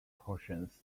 proportions